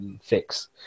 Fix